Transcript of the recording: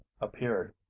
appeared